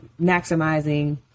maximizing